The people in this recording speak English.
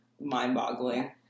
mind-boggling